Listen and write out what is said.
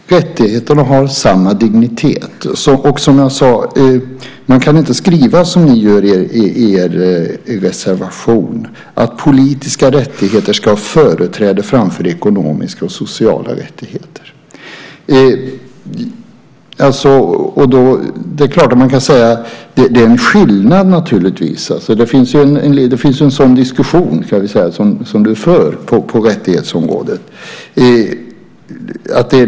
Fru talman! Rättigheterna har samma dignitet. Man kan inte skriva som ni gör i er reservation att politiska rättigheter ska ha företräde före ekonomiska och sociala rättigheter. Det är naturligtvis en skillnad. Det finns en sådan diskussion som du för på rättighetsområdet.